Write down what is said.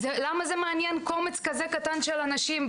למה זה מעניין קומץ קטן כזה של אנשים?